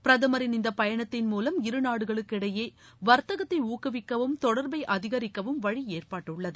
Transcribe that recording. பிரதமரின் இந்த பயனத்தின் மூலம் இருநாடுகளுக்கிடையே வர்த்கத்தை ஊக்குவிக்கவும் தொடர்பை அதிகரிக்கவும் வழி ஏற்பட்டுள்ளது